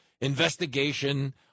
investigation